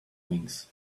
wings